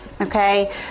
Okay